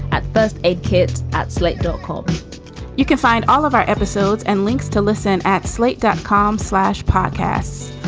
at first aid kits at slate dot com you can find all of our episodes and links to listen at slate dot com slash podcasts.